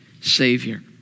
Savior